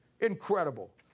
Incredible